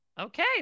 Okay